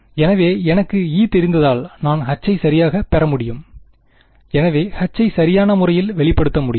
எனவே எனக்குத E தெரிந்தால் நான் Hஐ சரியாகப் பெற முடியும் எனவே H ஐ சரியான முறையில் வெளிப்படுத்த முடியும்